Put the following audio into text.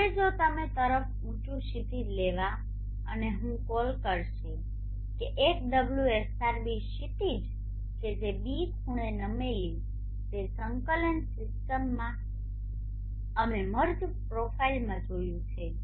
હવે જો તમે તરફ ઉંચુ ક્ષિતિજ લેવા અને હું કૉલ કરશે કે એક ωsrß ક્ષિતિજ કે જે ß ખૂણે નમેલી જે સંકલન સિસ્ટમમાં અમે મર્જ પ્રોફાઇલ માં જોયુંછે